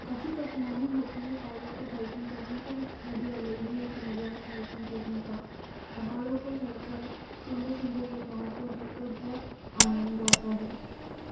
काफ़ी कठनाई होती है पहाड़ों पर हाइकिंग करने पर उसका भी अलग ही एक मज़ा है हाइकिंग करने का पहाड़ों पर चढ़ कर सुंदर सुंदर जगहों को देख कर बहुत आनंद आता है